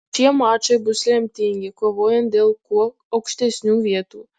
šie mačai bus lemtingi kovojant dėl kuo aukštesnių vietų